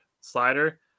slider